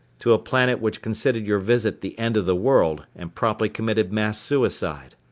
to a planet which considered your visit the end of the world and promptly committed mass suicide.